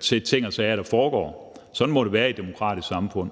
til ting og sager, der foregår. Sådan må det være i et demokratisk samfund.